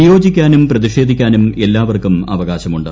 വിയോജിക്കാനും പ്രതിഷേധിക്കാനും എല്ലാവർക്കും അവകാശമുണ്ട്